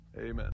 amen